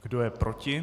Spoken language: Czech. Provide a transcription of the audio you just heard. Kdo je proti?